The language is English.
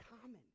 common